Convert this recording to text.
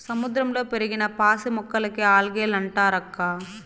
సముద్రంలో పెరిగిన పాసి మొక్కలకే ఆల్గే లంటారక్కా